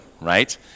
Right